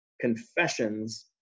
confessions